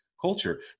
culture